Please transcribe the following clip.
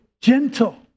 gentle